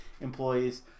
employees